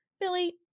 Billy